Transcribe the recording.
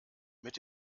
mit